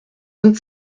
sind